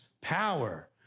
power